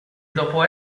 dopo